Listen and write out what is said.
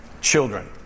children